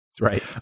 Right